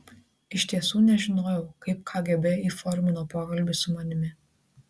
iš tiesų nežinojau kaip kgb įformino pokalbį su manimi